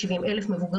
כלל ואת מי